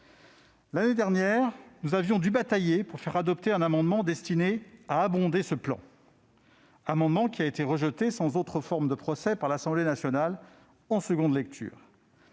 L'année dernière, nous avions dû batailler pour faire adopter un amendement tendant à abonder ce plan, amendement rejeté sans autre forme de procès par l'Assemblée nationale en nouvelle lecture.